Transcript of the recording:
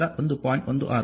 16 ಎಂದು ಹೇಳಿ